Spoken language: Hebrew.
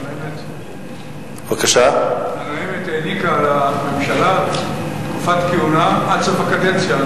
הנואמת העניקה לממשלה תקופת כהונה עד סוף הקדנציה.